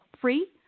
free